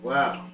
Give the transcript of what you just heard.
Wow